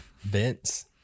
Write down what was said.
Vince